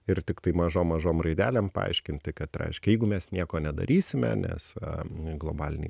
ir tiktai mažom mažom raidelėm paaiškinti kad reiškia jeigu mes nieko nedarysime nes globaliniai